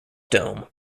dome